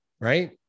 right